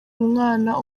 umwana